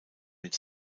mit